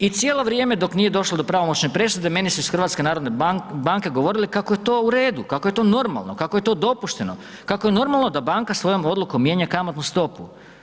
I cijelo vrijeme dok nije došlo do pravomoćne presude, meni su iz HNB-a govorili kako je to u redu, kako je to normalno, kako je to dopušteno, kako je normalno da banka svojom odlukom mijenja kamatnu stopu.